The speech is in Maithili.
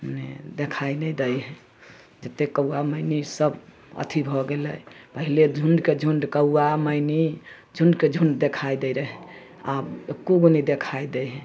मने देखाय नहि दै है जते कौआ मैना सब अथी भऽ गेलै पहिले झुण्डके झुण्ड कौआ मैना झुण्डके झुण्ड देखाइ दै रहै आब एको गो नै देखाय दै हय